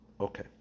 Okay